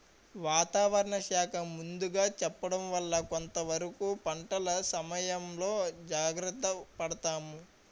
వాతావరణ శాఖ ముందుగా చెప్పడం వల్ల కొంతవరకు పంటల ఇసయంలో జాగర్త పడతాము